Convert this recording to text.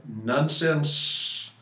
nonsense